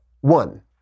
One